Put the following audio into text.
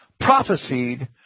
prophesied